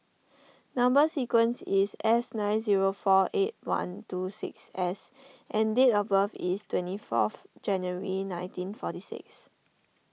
Number Sequence is S nine zero four eight one two six S and date of birth is twenty fourth January nineteen forty six